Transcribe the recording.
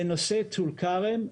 בנושא טול כרם,